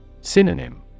Synonym